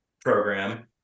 program